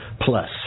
plus